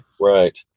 Right